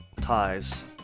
ties